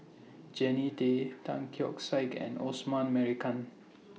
Jannie Tay Tan Keong Saik and Osman Merican